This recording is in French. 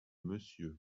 monsieur